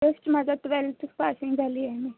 just माझं twelfth passing झाली आहे मी